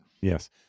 Yes